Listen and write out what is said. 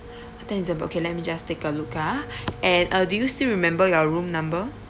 tenth december okay let me just take a look ah and uh do you still remember your room number